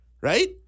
right